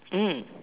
mm